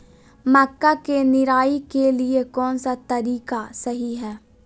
मक्का के निराई के लिए कौन सा तरीका सही है?